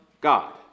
God